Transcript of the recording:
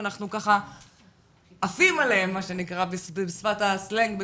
אנחנו עפים עליהם מה שנקרא בשפת הסלנג,